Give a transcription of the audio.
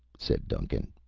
said duncan.